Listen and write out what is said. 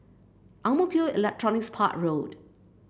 Ang Mo Kio Electronics Park Road